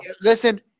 Listen